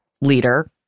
leader